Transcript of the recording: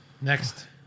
Next